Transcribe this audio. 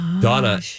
Donna